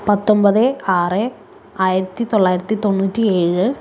പത്തൊമ്പത് ആറ് ആയിരത്തിത്തൊള്ളായിരത്തിത്തൊണ്ണൂറ്റിയേഴ്